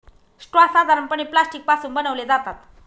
straw साधारणपणे plastic पासून बनवले जातात